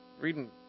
reading